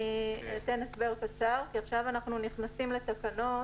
אני אתן הסבר קצר: עכשיו אנחנו נכנסים לתקנות